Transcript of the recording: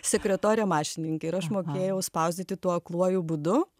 sekretorė mašininkė ir aš mokėjau spausdinti tuo akluoju būdu